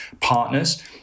partners